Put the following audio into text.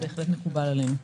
מקובל עלינו.